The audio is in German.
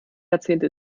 jahrzehnte